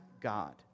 God